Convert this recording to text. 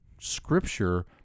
Scripture